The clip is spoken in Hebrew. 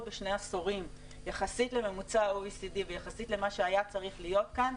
בשני עשורים יחסית לממוצע ה-OECD ויחסית למה שהיה צריך להיות כאן,